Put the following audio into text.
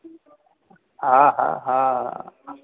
हा हा हा